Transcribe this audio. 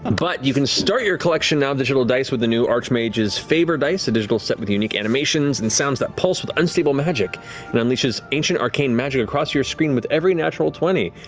um but you can start your collection now of digital dice with the new archmage's favor dice, a digital set with unique animations and sounds that pulse with unstable magic and unleashes ancient arcane magic across your screen with every natural twenty.